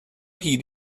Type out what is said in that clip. hyd